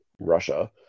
Russia